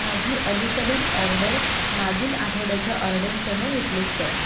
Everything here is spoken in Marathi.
माझी अलीकडील ऑर्डर मागील आठवड्याच्या ऑर्डरसह रिप्लेस करा